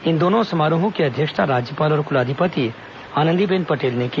इन दोनों समारोहों की अध्यक्षता राज्यपाल और कुलाधिपति आनंदीबेन पटेल ने की